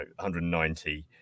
190